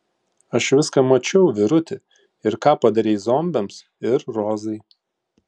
aš viską mačiau vyruti ir ką padarei zombiams ir rozai